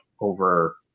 over –